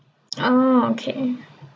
oh okay